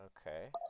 Okay